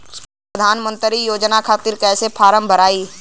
प्रधानमंत्री योजना खातिर कैसे फार्म भराई?